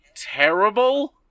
terrible